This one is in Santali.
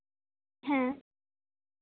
ᱦᱮᱸ